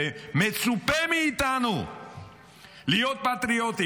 ומצופה מאיתנו להיות פטריוטים.